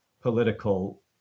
political